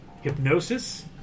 Hypnosis